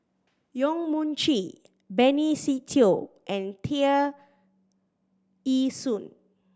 Yong Mun Chee Benny Se Teo and Tear Ee Soon